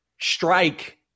strike